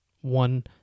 one